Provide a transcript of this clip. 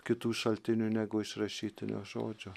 kitų šaltinių negu iš rašytinio žodžio